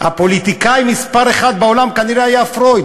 הפוליטיקאי מספר אחת בעולם כנראה היה פרויד,